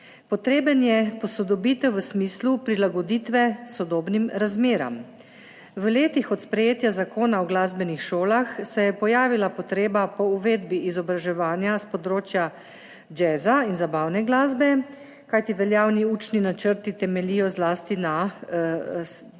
Potreben je posodobitev v smislu prilagoditve sodobnim razmeram. V letih od sprejetja Zakona o glasbenih šolah se je pojavila potreba po uvedbi izobraževanja s področja jazza in zabavne glasbe, kajti veljavni učni načrti temeljijo zlasti na področju